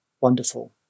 wonderful